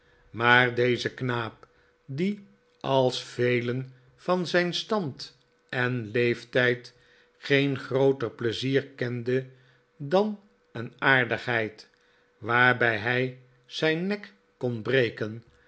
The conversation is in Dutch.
maar deze knaap die als velen van zijn stand en leeftijd geen grooter pleizier kende dan een aardigheid waarbij hij zijn nek kon breken